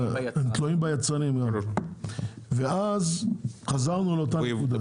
הם תלויים גם ביצרנים ואז חזרנו לאותה נקודה.